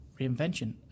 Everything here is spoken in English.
reinvention